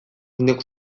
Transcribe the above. neuk